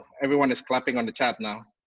everyone is clapping on the chat now.